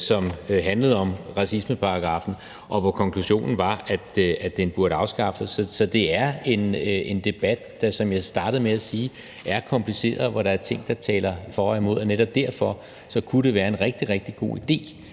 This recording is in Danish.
som handlede om racismeparagraffen, og hvor konklusionen var, at den burde afskaffes. Så det er en debat, der, som jeg startede med at sige, er kompliceret, og hvor der er ting, der taler både for og imod. Netop derfor kunne det være en rigtig, rigtig god idé,